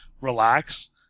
relax